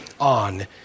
on